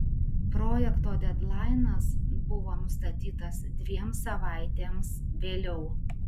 projekto dedlainas buvo nustatytas dviem savaitėms vėliau